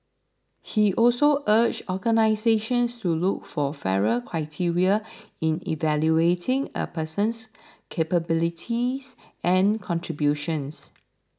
he also urged organisations to look for fairer criteria in evaluating a person's capabilities and contributions